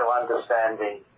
understanding